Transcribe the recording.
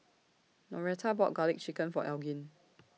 Noretta bought Garlic Chicken For Elgin